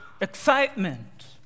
excitement